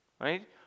Right